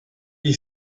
ich